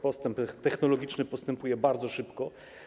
Postęp technologiczny postępuje bardzo szybko.